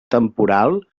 temporal